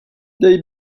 they